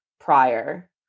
prior